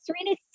serena